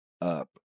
up